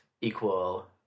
equal